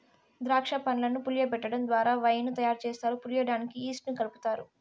దాక్ష పండ్లను పులియబెటడం ద్వారా వైన్ ను తయారు చేస్తారు, పులియడానికి ఈస్ట్ ను కలుపుతారు